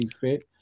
fit